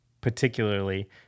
particularly